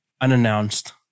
unannounced